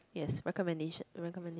yes recommendation recommended